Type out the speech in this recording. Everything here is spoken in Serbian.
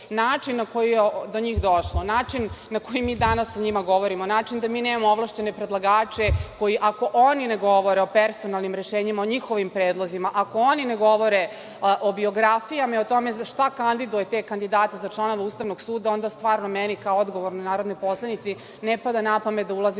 način na koji je do njih došlo, način na koji mi danas o njima govorimo, način da mi nemamo ovlašćene predlagače koji ako oni ne govore o personalnim rešenjima, o njihovim predlozima, ako oni ne govore o biografijama i o tome šta kandiduje te kandidate za članove Ustavnog suda, onda stvarno meni kao odgovornoj narodnoj poslanici ne pada na pamet da ulazim